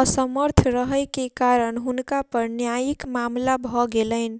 असमर्थ रहै के कारण हुनका पर न्यायिक मामला भ गेलैन